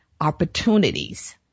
opportunities